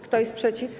Kto jest przeciw?